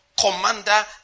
commander